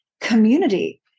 community